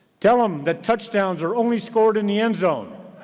tell him that touchdowns are only scored in the end zone.